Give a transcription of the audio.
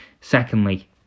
Secondly